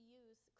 use